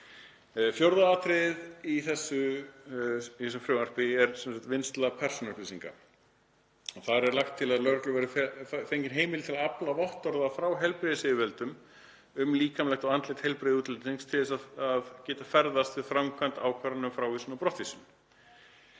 Fjórða atriðið í þessu frumvarpi er vinnsla persónuupplýsinga. Þar er lagt til að lögreglu verði fengin heimild til að afla vottorða frá heilbrigðisyfirvöldum um líkamlegt og andlegt heilbrigði útlendings til að geta ferðast við framkvæmd ákvarðana um frávísun og brottvísun.